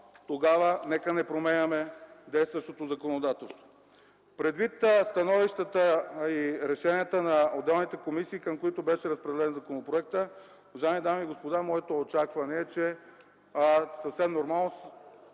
тогава нека не променяме действащото законодателство. Предвид становищата и решенията на отделните комисии, към които беше разпределен законопроектът, уважаеми дами и господа, моето очакване е, че с оглед